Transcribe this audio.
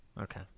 Okay